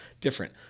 different